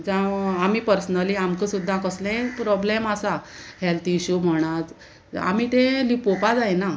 जावं आमी पर्सनली आमकां सुद्दां कसलेंय प्रोब्लेम आसा हेल्थ इश्यू म्हणात आमी तें लिपोवपा जायना